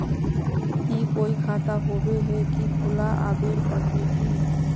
ई कोई खाता होबे है की खुला आबेल पड़ते की?